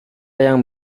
yang